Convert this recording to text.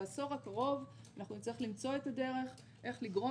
בעשור הקרוב נצטרך למצוא את הדרך איך לגרום